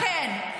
לכן,